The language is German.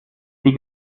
sie